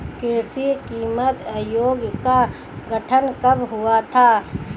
कृषि कीमत आयोग का गठन कब हुआ था?